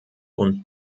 und